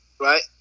Right